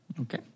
Okay